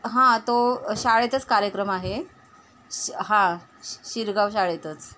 हां तो शाळेतच कार्यक्रम आहे श हां शि शिरगाव शाळेतच